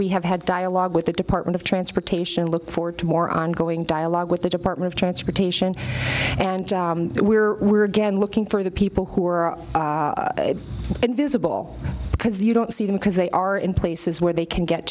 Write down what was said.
we have had dialogue with the department of transportation look forward to more ongoing dialogue with the department of transportation and we're we're again looking for the people who are in this because you don't see them because they are in places where they can get